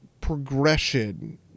progression